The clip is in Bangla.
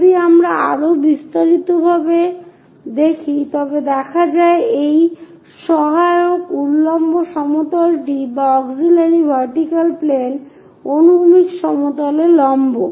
যদি আমরা আরো বিস্তারিত ভাবে দেখলে দেখা যায় এই সহায়ক উল্লম্ব সমতলটি অনুভূমিক সমতলে লম্ব